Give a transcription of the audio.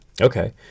Okay